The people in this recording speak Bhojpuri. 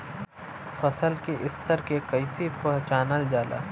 फसल के स्तर के कइसी पहचानल जाला